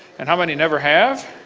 and how many never have?